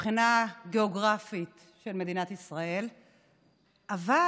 של מדינת ישראל מבחינה גיאוגרפית,